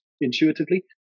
intuitively